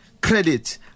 credit